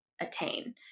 attain